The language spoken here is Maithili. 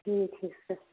ठीक हय तऽ